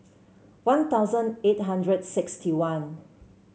One Thousand eight hundred sixty one